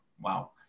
wow